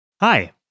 Hi